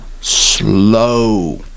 slow